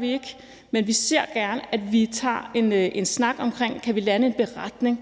vi ikke, men vi ser gerne, at vi tager en snak om, om vi kan lande en beretning,